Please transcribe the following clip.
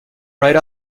right